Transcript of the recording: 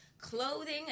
Clothing